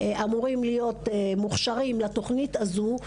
רק הם אמורים להיות מוכשרים לתוכנית הזאת,